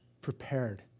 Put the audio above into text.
Prepared